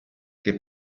che